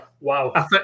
wow